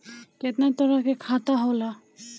केतना तरह के खाता होला?